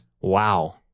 Wow